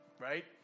right